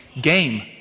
game